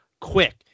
quick